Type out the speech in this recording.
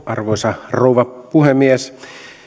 arvoisa rouva puhemies